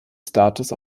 status